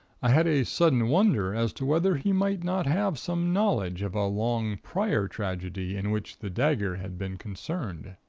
i had a sudden wonder as to whether he might not have some knowledge of a long prior tragedy in which the dagger had been concerned.